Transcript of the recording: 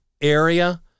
area